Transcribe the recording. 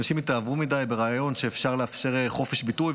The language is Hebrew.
אנשים התאהבו מדי ברעיון שאפשר לאפשר חופש ביטוי,